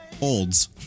olds